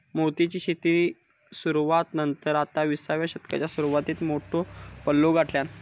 मोतीयेची शेतीन सुरवाती नंतर आता विसाव्या शतकाच्या सुरवातीक मोठो पल्लो गाठल्यान